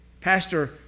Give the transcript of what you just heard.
Pastor